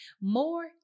More